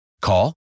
Call